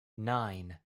nine